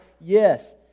Yes